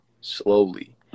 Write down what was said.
slowly